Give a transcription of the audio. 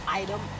item